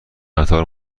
قطار